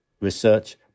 research